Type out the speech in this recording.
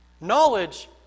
Knowledge